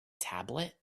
tablet